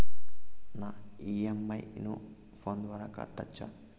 నా ఇ.ఎం.ఐ ను ఫోను ద్వారా కట్టొచ్చా?